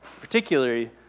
particularly